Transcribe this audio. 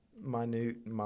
Minute